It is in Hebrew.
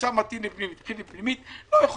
שנמצא מתאים למחלקה קלינית פנימית לא יכול